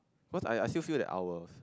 cause I I still feel that ours